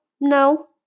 No